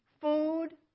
Food